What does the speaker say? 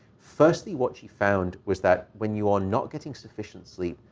firstly, what she found was that when you are not getting sufficient sleep,